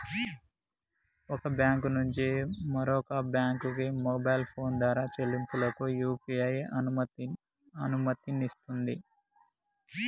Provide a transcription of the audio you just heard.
ఒక బ్యాంకు నుంచి మరొక బ్యాంకుకు మొబైల్ ఫోన్ ద్వారా చెల్లింపులకు యూ.పీ.ఐ అనుమతినిస్తుంది